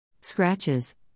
Scratches